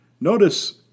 Notice